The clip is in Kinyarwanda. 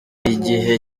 igihe